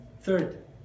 third